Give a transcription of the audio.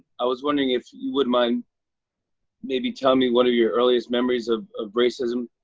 i was wondering if you wouldn't mind maybe telling me, what are your earliest memories of of racism?